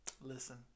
Listen